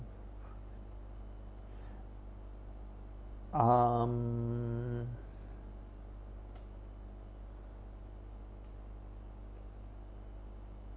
um